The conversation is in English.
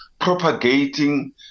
propagating